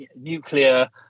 nuclear